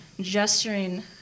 gesturing